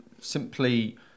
simply